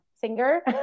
singer